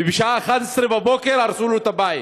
ובשעה 11:00 הרסו לו את הבית.